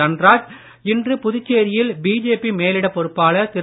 தன்ராஜ் இன்று புதுச்சேரியில் பிஜேபி மேலிடப் பொறுப்பாளர் திரு